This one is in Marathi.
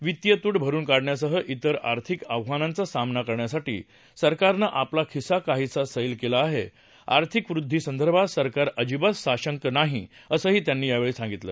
वित्तीय तूट भरुन काढण्यासह त्रि आर्थिक आव्हानांचा सामना करण्यासाठी सरकारनं आपला खिसा काहीसा सैल केला आहे आर्थिक वृद्वीसंदर्भात सरकार अजिबात साशंक नाही असं त्यांनी यावेळी सांगितलं